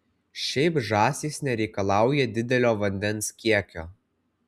šiaip žąsys nereikalauja didelio vandens kiekio